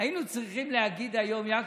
היינו צריכים להגיד היום, יעקב,